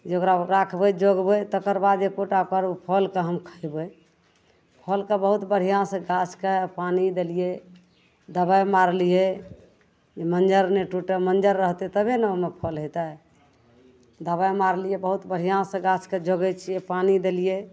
जोगाके राखबै जोगबै तकर बाद एकोटा पर्व फलके हम खएबै फलके बहुत बढ़िआँसे गाछके पानी देलिए दवाइ मारलिए जे मञ्जर नहि टुटै मञ्जर रहतै तभे ने ओहिमे फल हेतै दवाइ मारलिए बहुत बढ़िआँसे गाछके जोगै छिए पानी देलिए